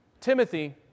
Timothy